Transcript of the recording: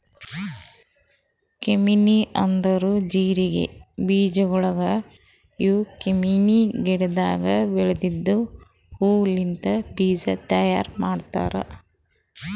cumin ಅಂದುರ್ ಜೀರಿಗೆ ಬೀಜಗೊಳ್ ಇವು ಕ್ಯುಮೀನ್ ಗಿಡದಾಗ್ ಬೆಳೆದಿದ್ದ ಹೂ ಲಿಂತ್ ಬೀಜ ತೈಯಾರ್ ಮಾಡ್ತಾರ್